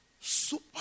Super